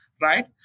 right